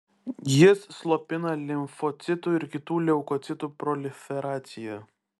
jis slopina limfocitų ir kitų leukocitų proliferaciją